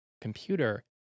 computer